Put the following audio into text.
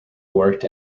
worked